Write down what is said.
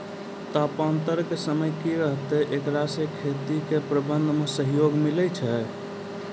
तापान्तर के समय की रहतै एकरा से खेती के प्रबंधन मे सहयोग मिलैय छैय?